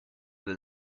than